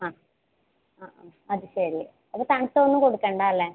അ അ അത് ശരി അപ്പം തണുത്ത ഒന്നും കൊടുക്കേണ്ട അല്ലെ